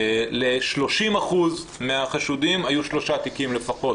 ל- 30% מהחשודים היו שלושה תיקים לפחות,